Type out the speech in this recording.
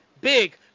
big